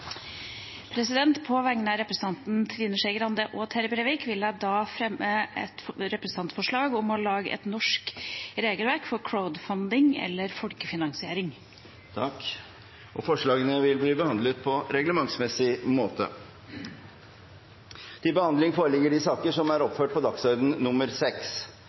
På vegne av representantene Trine Skei Grande og Terje Breivik vil jeg fremme et representantforslag om et norsk regelverk for crowdfunding/folkefinansiering. Forslagene vil bli behandlet på reglementsmessig måte.